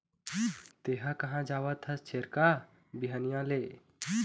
तेंहा कहाँ जावत हस छेरका, बिहनिया ले?